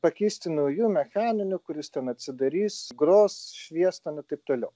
pakeisti nauju mechaniniu kuris ten atsidarys gros švies ten ir taip toliau